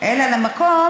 אלא למקום